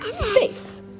space